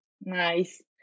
Nice